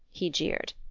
he jeered.